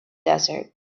desert